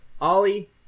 Ollie